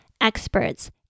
experts